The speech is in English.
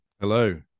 Hello